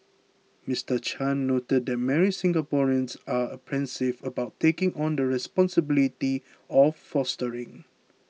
Mister Chan noted that many Singaporeans are apprehensive about taking on the responsibility of fostering